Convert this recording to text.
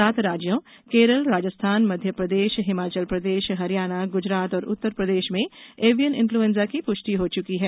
सात राज्यों केरल राजस्थान मध्यप्रदेश हिमाचल प्रदेश हरियाणा गुजरात और उत्तर प्रदेश में एवियन इंफ्लूऐंजा की पुष्टि हो चुकी है